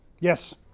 Yes